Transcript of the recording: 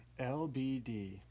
LBD